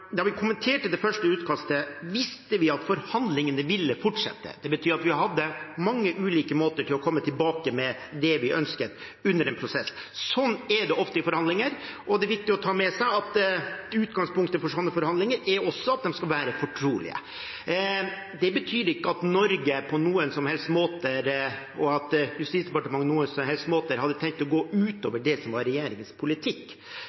Da vi kommenterte det første utkastet, visste vi at forhandlingene ville fortsette. Det betyr at vi hadde mange ulike måter å komme tilbake med det vi ønsket, under en prosess. Slik er det ofte i forhandlinger, og det er viktig å ta med seg at utgangspunktet for slike forhandlinger er at de skal være fortrolige. Det betyr ikke at Norge og Justisdepartementet på noen som helst måte hadde tenkt å gå utover det som